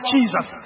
Jesus